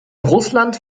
russland